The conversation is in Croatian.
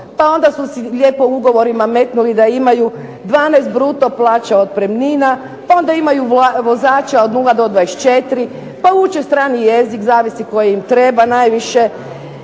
pa onda su si lijepo ugovorima metnuli da imaju 12 bruto plaća otpremnina, pa onda imaju vozača od 0 do 24, pa uče strani jezik zavisi koji im treba najviše,